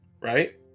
right